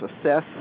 assess